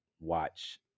watch